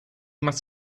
must